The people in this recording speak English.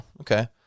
okay